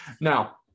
Now